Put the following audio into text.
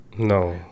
No